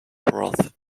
broth